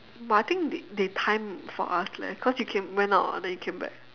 but I think they they time for us leh cause you came went out [what] then you came back